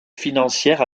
financières